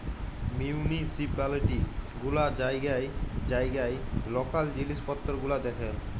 municipality গুলা জাইগায় জাইগায় লকাল জিলিস পত্তর গুলা দ্যাখেল